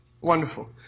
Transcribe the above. Wonderful